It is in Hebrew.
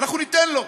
אנחנו ניתן לו.